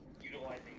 utilizing